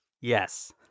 yes